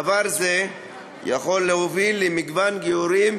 דבר זה יכול להוביל למגוון גיורים